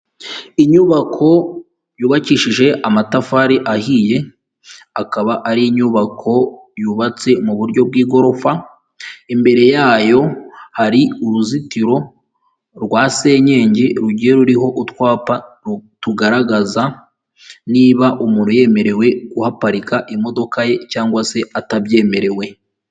Inyubako yubakishije amatafari ahiye, akaba ari inyubako yubatse mu buryo bw'igorofa, imbere yayo hari uruzitiro rwa senyengi rugiye ruriho utwapa tugaragaza niba umuntu yemerewe kuhaparika imodoka ye cyangwa se atabyemerewe.